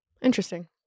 Interesting